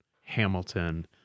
Hamilton